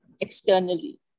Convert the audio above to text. externally